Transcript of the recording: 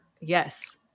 Yes